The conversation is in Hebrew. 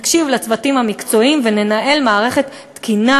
נקשיב לצוותים המקצועיים וננהל מערכת תקינה,